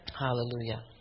Hallelujah